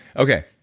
okay.